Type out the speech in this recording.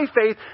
faith